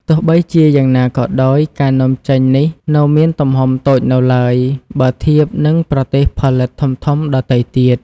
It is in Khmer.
ទោះបីជាយ៉ាងណាក៏ដោយ ការនាំចេញនេះនៅមានទំហំតូចនៅឡើយ បើធៀបនឹងប្រទេសផលិតធំៗដទៃទៀត។